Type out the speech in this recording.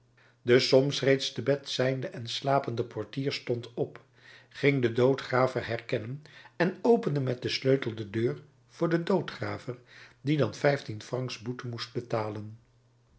de soms reeds te bed zijnde en slapende portier stond op ging den doodgraver herkennen en opende met den sleutel de deur voor den doodgraver die dan vijftien francs boete moest betalen